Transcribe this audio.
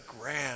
grand